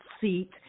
seat